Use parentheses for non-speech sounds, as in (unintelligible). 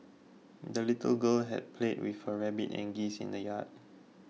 the little girl (unintelligible) played with her rabbit and geese in the yard